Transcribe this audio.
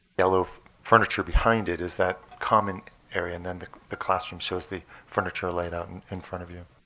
yellow furniture behind it is that common area, and then the classroom shows the furniture laid out and in front of you.